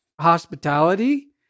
Hospitality